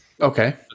Okay